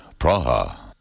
Praha